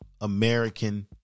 American